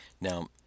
now